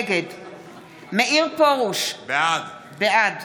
נגד מאיר פרוש, בעד